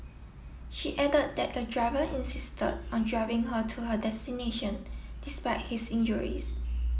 she added that the driver insisted on driving her to her destination despite his injuries